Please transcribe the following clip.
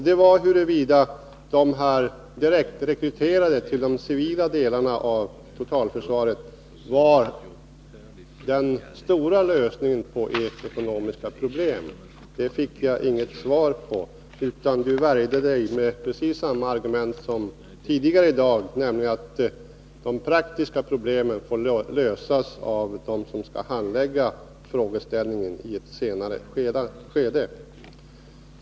Det var huruvida direktrekryteringen till de civila delarna av totalförsvaret var den stora lösningen på ert ekonomiska problem. Den frågan fick jag inte något svar på, utan Eric Hägelmark värjde sig med precis samma argument som tidigare i dag, nämligen att de praktiska problemen får lösas av dem som skall handlägga frågan i ett senare skede.